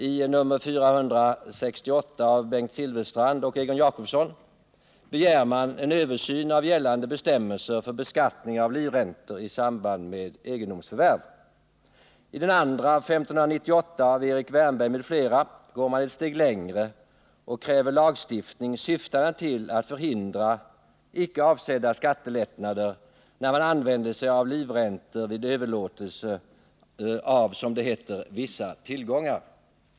I motion nr 468 av Bengt Silfverstrand och Egon Jacobsson begärs en översyn av gällande bestämmel I den andra motionen, nr 1598 av Erik Wärnberg m.fl., går man ett steg längre och kräver lagstiftning syftande till att förhindra icke avsedda skattelättnader när personer använder livräntor som betalning vid överlåtelser av, som det heter, vissa tillgångar.